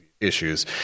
issues